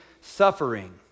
suffering